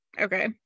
Okay